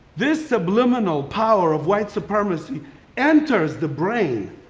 this subliminal power of white supremacy enters the brain,